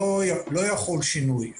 לא יחול שינוי.